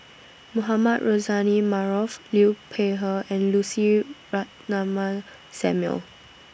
Mohamed Rozani Maarof Liu Peihe and Lucy Ratnammah Samuel